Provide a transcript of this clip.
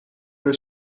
her